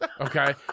Okay